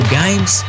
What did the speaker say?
games